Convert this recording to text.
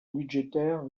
budgétaire